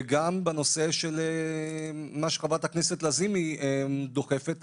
וגם הנושא שחברת הכנסת לזימי דוחפת,